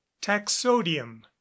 Taxodium